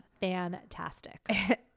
fantastic